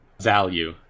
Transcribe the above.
value